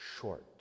short